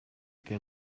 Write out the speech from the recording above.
que